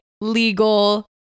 legal